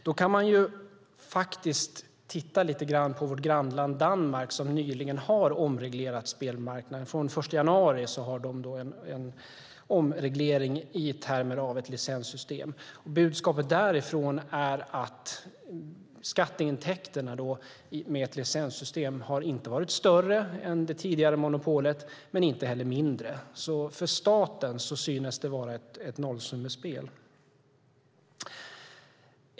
I Danmark har man nyligen omreglerat spelmarknaden. Från den 1 januari har de en form av licenssystem. Budskapet därifrån är att skatteintäkterna inte har varit större med ett licenssystem än med det tidigare monopolet, men heller inte mindre. För staten synes det vara ett nollsummespel.